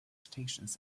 stations